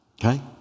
Okay